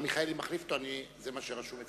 אה, מיכאלי מחליף אותך, זה מה שרשום אצלי.